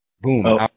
Boom